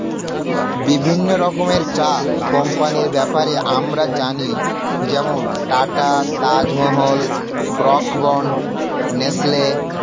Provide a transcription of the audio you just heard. বিভিন্ন রকমের চা কোম্পানির ব্যাপারে আমরা জানি যেমন Tata, Taj Mahal, Brooke Bond, Nestle